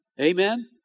Amen